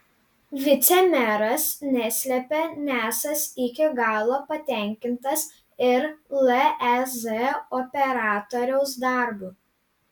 vicemeras neslepia nesąs iki galo patenkintas ir lez operatoriaus darbu